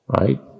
right